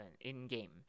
in-game